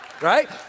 Right